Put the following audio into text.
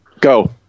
Go